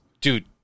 Dude